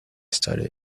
started